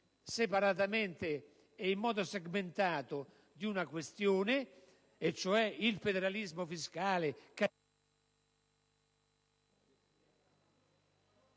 separatamente ed in modo segmentato di una questione, cioè il federalismo fiscale,